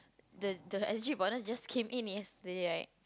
the the S_G Bonus just came in yesterday right